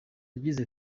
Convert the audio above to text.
yagize